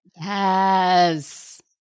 Yes